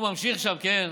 הוא ממשיך שם, כן,